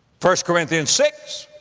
first corinthians six,